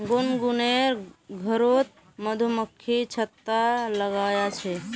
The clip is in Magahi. गुनगुनेर घरोत मधुमक्खी छत्ता लगाया छे